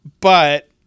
but-